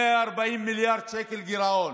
מעל 140 מיליארד שקל גירעון.